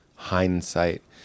Hindsight